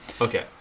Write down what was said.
Okay